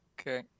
okay